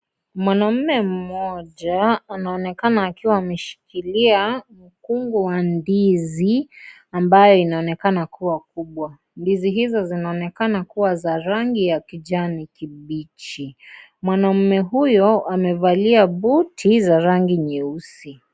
Mwanamme mmoja anaonekana akiwa ameshikilia mkungu wa ndizi ambayo inaonekana kuwa kubwa, ndizi hizo zinaonekana kuwa za rangi ya kijani kibichi, mwanaume huyo amevalia buti za rangi nyeusi.